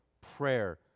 prayer